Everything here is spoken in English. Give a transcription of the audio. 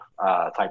type